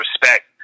respect